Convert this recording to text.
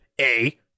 A-